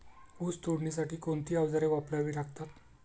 ऊस तोडणीसाठी कोणती अवजारे वापरावी लागतात?